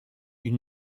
ils